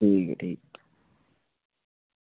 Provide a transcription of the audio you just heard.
ठीक ऐ ठीक